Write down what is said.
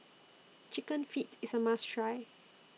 Chicken Feet IS A must Try